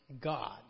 God